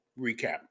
recap